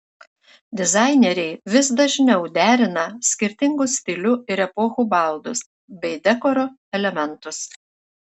dizaineriai vis dažniau derina skirtingų stilių ir epochų baldus bei dekoro elementus